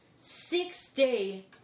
six-day